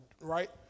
right